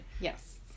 Yes